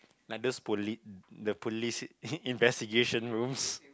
like those poli~ the police investigation rooms